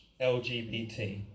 LGBT